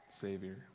Savior